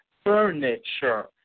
Furniture